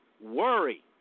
Worry